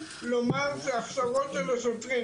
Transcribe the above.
ההכשרות של השוטרים